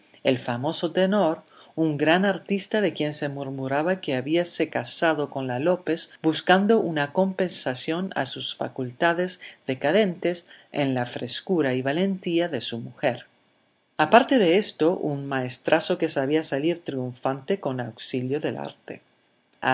el famoso tenor un gran artista de quien se murmuraba que habíase casado con la lópez buscando una compensación a sus facultades decadentes en la frescura y valentía de su mujer aparte de esto un maestrazo que sabía salir triunfante con auxilio del arte